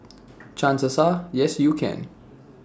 chances are yes you can